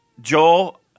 Joel